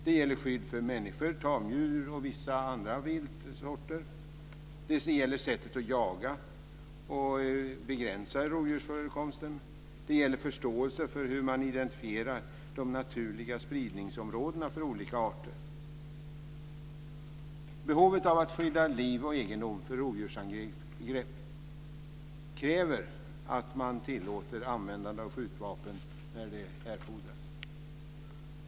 Det gäller skydd för människor, tamdjur och vissa andra viltsorter. Det gäller sättet att jaga och begränsa rovdjursförekomsten. Det gäller förståelse för hur man identifierar de naturliga spridningsområdena för olika arter. Behovet av att skydda liv och egendom från rovdjursangrepp kräver att man tillåter användande av skjutvapen när det erfordras.